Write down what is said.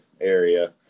area